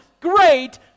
great